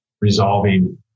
resolving